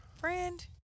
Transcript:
Friend